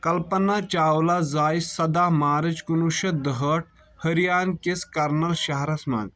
کلپنہ چاولہ زایہِ سدہ مارچ کُنوہ شتھ دُہٲٹھ ہریانہ کس کرنل شہرس منٛز